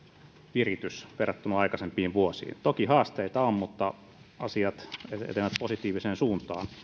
viritys verrattuna aikaisempiin vuosiin toki haasteita on mutta asiat etenevät positiiviseen suuntaan